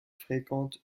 fréquente